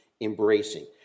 embracing